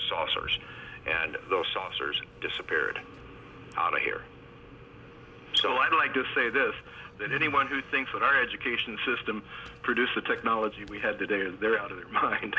saucers and the saucers disappeared out of here so i'd like to say this than anyone who thinks that our education system produce the technology we had today and they're out of their mind